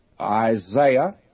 Isaiah